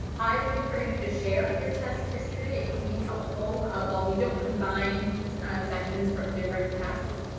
i would encourage you to share your test history, it can be helpful. ah while we don't combine sections from different tests,